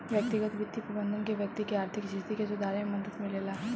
व्यक्तिगत बित्तीय प्रबंधन से व्यक्ति के आर्थिक स्थिति के सुधारे में मदद मिलेला